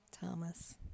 Thomas